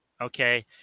Okay